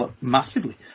massively